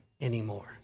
anymore